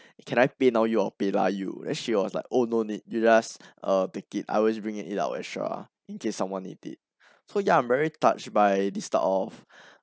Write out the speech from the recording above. can I pay now or paylah you then she was like oh no need you just uh take it I always bring it out extra in case someone need it so ya I'm very touched by this type of